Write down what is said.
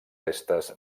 restes